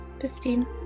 Fifteen